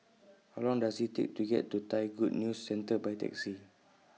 How Long Does IT Take to get to Thai Good News Centre By Taxi